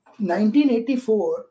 1984